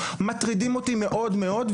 מטרידות אותי מאוד מאוד.